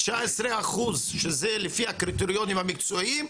19% זה לפי הקריטריונים המקצועיים.